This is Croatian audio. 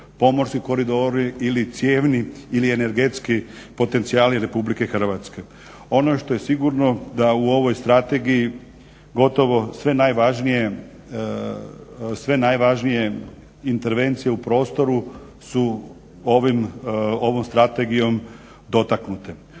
pomorski koridori ili cijevni ili energetski potencijali RH. Ono što je sigurno da u ovoj strategiji gotovo sve najvažnije intervencije u prostoru su ovom strategijom dotaknute.